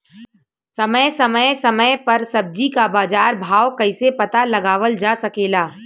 समय समय समय पर सब्जी क बाजार भाव कइसे पता लगावल जा सकेला?